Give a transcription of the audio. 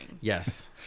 Yes